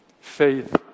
faith